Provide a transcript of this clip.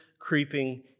creeping